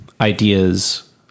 ideas